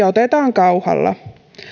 otetaan kauhalla